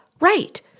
right